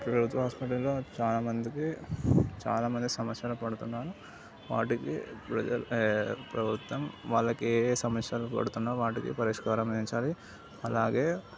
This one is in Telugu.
ప్రభుత్వ హాస్పిటల్లో చాలా మందికి చాలామంది సమస్యలు పడుతున్నారు వాటికి ప్రజలు ప్రభుత్వం వాళ్ళకి ఏ ఏ సమస్యలు పడుతున్నా వాటికి పరిష్కారం చూపించాలి అలాగే